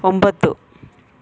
ಒಂಬತ್ತು